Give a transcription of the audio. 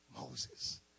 Moses